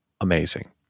Amazing